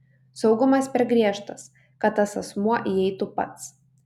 saugumas per griežtas kad tas asmuo įeitų pats